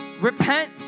Repent